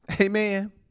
Amen